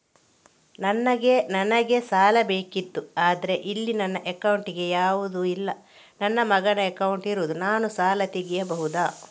ನನಗೆ ಸಾಲ ಬೇಕಿತ್ತು ಆದ್ರೆ ಇಲ್ಲಿ ನನ್ನ ಅಕೌಂಟ್ ಯಾವುದು ಇಲ್ಲ, ನನ್ನ ಮಗನ ಅಕೌಂಟ್ ಇರುದು, ನಾನು ಸಾಲ ತೆಗಿಬಹುದಾ?